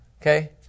okay